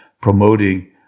promoting